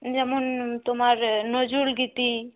যেমন তোমার নজরুল গীতি